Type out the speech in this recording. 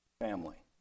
Family